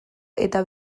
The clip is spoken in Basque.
eta